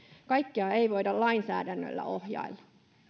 kaikkia ei voida lainsäädännöllä ohjailla